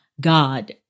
God